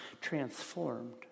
transformed